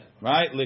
right